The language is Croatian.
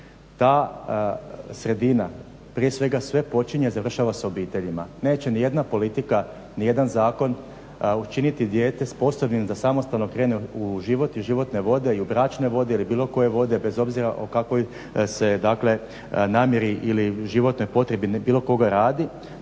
Ta sredina, prije svega počinje i završava sa obiteljima. Neće niti jedna politika ni jedan zakon učiniti dijete sposobnim da samostalno krene u život i životne vode i u bračne vode ili bilo koje vode bez obzira o kakvoj se dakle namjeri ili životnoj potrebi bilo koga radi.